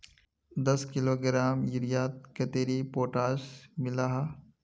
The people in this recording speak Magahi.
दस किलोग्राम यूरियात कतेरी पोटास मिला हाँ?